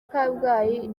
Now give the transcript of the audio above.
kabgayi